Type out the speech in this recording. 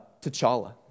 T'Challa